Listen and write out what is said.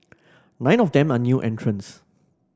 nine of them are new entrants